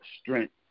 strength